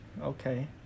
Okay